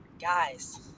guys